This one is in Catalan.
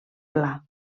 pla